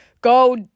go